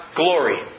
glory